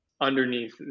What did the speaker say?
Underneath